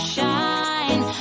shine